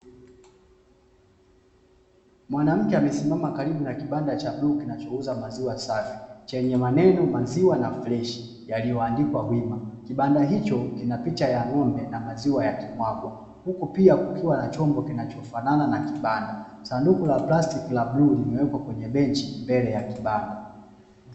Mwanamke amesimama karibu na kibanda cha bluu kinachouza maziwa safi chenye maneno "maziwa na freshi" yaliyoandikwa wima. Kibanda hicho kina picha ya ng`ombe na maziwa yakimwagwa ,huku pia kukiwa na chombo kinacho fanana na kibanda, sanduku la plastiki la bluu limewekwa kwenye benchi mbele ya kibanda.